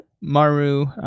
Maru